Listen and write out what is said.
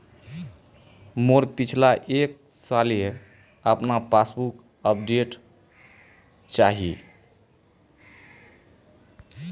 मुई पिछला एक सालेर अपना पासबुक अपडेट चाहची?